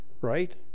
right